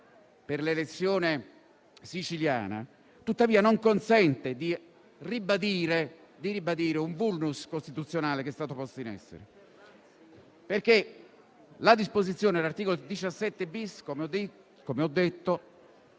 per l'elezione siciliana, tuttavia non consente di ribadire un *vulnus* costituzionale che è stato posto in essere, perché la disposizione dell'articolo 17-*bis*, come ho detto,